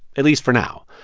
at least for now.